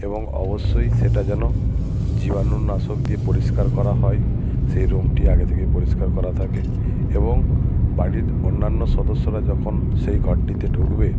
এবং অবশ্যই সেটা যেন জীবাণুনাশক দিয়ে পরিষ্কার করা হয় সেই রুমটি আগে থেকে পরিষ্কার করা থাকে এবং বাড়ির অন্যান্য সদস্যরা যখন সেই ঘরটিতে ঢুকবে